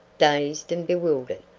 dazed and bewildered.